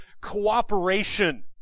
cooperation